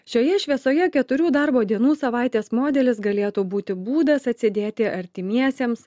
šioje šviesoje keturių darbo dienų savaitės modelis galėtų būti būdas atsėdėti artimiesiems